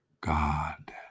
God